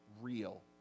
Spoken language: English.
real